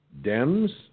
Dems